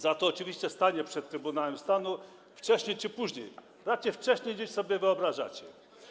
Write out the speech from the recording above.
Za to oczywiście stanie przed Trybunałem Stanu, wcześniej czy później, raczej wcześniej niż sobie wyobrażacie.